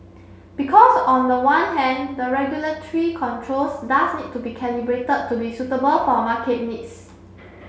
because on the one hand the regulatory controls does need to be calibrated to be suitable for market needs